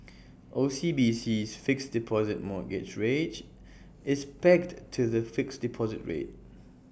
O C B C's fixed deposit mortgage rate is pegged to the fixed deposit rate